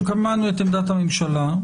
שמענו את עמדת הממשלה.